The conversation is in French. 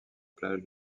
plage